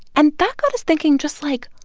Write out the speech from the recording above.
and that got us thinking just, like,